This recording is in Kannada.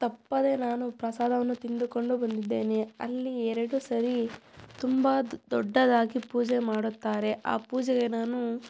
ತಪ್ಪದೆ ನಾನು ಪ್ರಸಾದವನ್ನು ತಿಂದುಕೊಂಡು ಬಂದಿದ್ದೇನೆ ಅಲ್ಲಿ ಎರಡು ಸಾರಿ ತುಂಬ ದೊಡ್ಡದಾಗಿ ಪೂಜೆ ಮಾಡುತ್ತಾರೆ ಆ ಪೂಜೆಗೆ ನಾನು